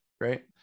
Right